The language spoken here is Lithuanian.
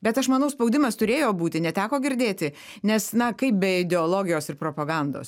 bet aš manau spaudimas turėjo būti neteko girdėti nes na kaip be ideologijos ir propagandos